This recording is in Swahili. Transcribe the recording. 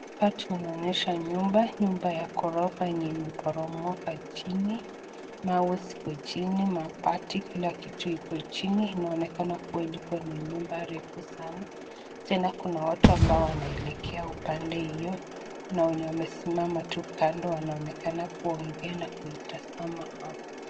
Hapa tunaonyeshwa nyumba. Nyumba ya ghorofa yenye imeporomoka chini. Mawe ziko chini, mabati kila kitu iko chini. Inaonekana kuwa, ilikua nyumba refu sanaa. Tena kuna watu ambao wanaelekea upande hio. Kuna wenye wamesimama tu kando wanaonekana kuongea na kuitazama hapo.